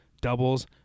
doubles